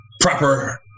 proper